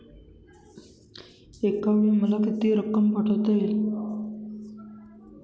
एकावेळी मला किती रक्कम पाठविता येईल?